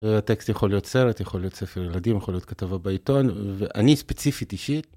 הטקסט יכול להיות סרט, יכול להיות ספר ילדים, יכול להיות כתבה בעיתון, ואני ספציפית אישית.